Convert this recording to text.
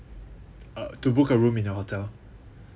uh to book a room in your hotel